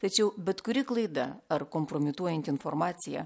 tačiau bet kuri klaida ar kompromituojanti informacija